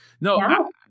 No